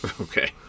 Okay